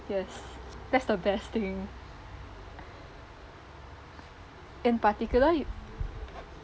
yes that's the best thing in particular